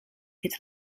hit